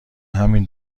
همین